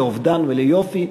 לאובדן וליופי,